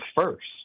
First